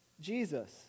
Jesus